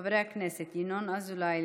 של חברי הכנסת ינון אזולאי,